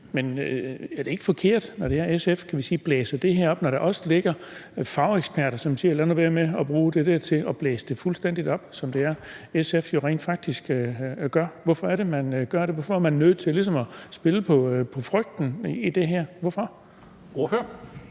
Men er det ikke forkert, når det er, at SF, kan vi sige, blæser det her op, når der også er fageksperter, som siger, at lad nu være med at bruge det der til at blæse det fuldstændig op? For det er jo det, som SF rent faktisk gør. Hvorfor er det, man gør det? Hvorfor er man nødt til ligesom at spille på frygten i det her? Hvorfor? Kl.